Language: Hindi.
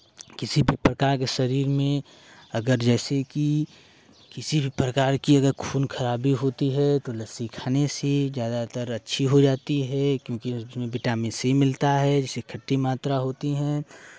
किसी भी प्रकार के शरीर में अगर जैसे कि किसी भी प्रकार की अगर खून खराबी होती है तो लस्सी खाने से ज़्यादातर अच्छी हो जाती है क्योंकि उसमें विटामिन सी मिलता जिसमें खट्टी मात्रा होती है